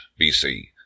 BC